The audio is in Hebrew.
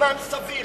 בזמן סביר.